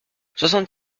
soixante